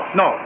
no